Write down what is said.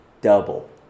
double